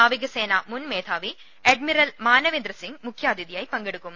നാവിക സേന മുൻ മേധാവി അഡ്മിറൽ മാധവേന്ദ്ര സിംഗ് മുഖ്യാതിഥിയായി പങ്കെടുക്കും